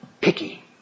picky